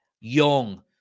young